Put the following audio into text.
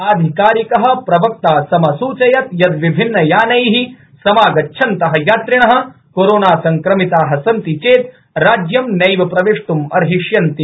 आधिकारिक प्रवक्ता समसूचयत् यत् विभिन्न यानै समागच्छन्त यात्रिण कोरोना कोरोना संक्रमिता सन्ति चेत् राज्यं नैव प्रवेष्टं अर्हिष्यन्ति